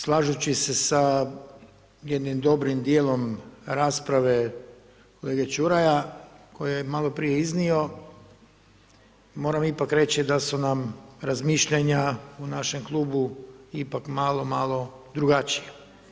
Slažući se sa jednim dobrim dijelom rasprave kolege Čuraja koju je malo prije iznio, moram ipak reći da su nam razmišljanja u našem klubu ipak malo, malo drugačija.